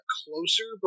closer